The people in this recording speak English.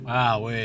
Wow